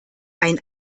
ein